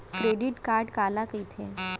Credit card काला कहिथे?